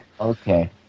okay